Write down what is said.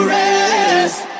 rest